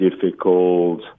difficult